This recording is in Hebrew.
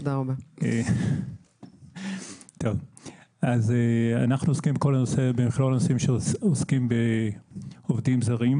אנחנו עוסקים בכל מה שקשור לעובדים זרים.